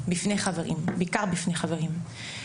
בעיקר בפני חברים.